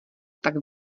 tak